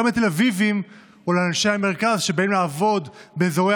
גם התל אביבים או אנשי המרכז שבאים לעבוד באזורי